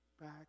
back